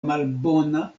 malbona